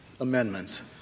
amendments